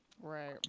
right